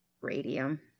Radium